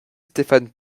stéphane